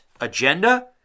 agenda